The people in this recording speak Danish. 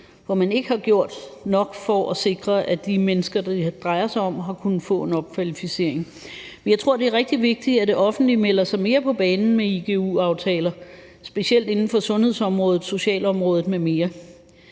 hvor man ikke har gjort nok for at sikre, at de mennesker, det drejer sig om, har kunnet få en opkvalificering. Men jeg tror, det er rigtig vigtigt, at det offentlige melder sig mere på banen med igu-aftaler, specielt inden for sundhedsområdet, socialområdet m.m.